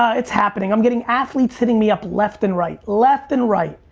it's happening, i'm getting athletes hitting me up left and right, left and right.